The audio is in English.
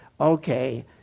okay